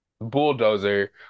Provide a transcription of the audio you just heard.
bulldozer